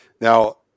Now